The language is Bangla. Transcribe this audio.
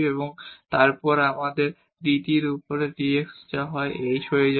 এবং তারপর dt এর উপরে dx যা h হয়ে যায়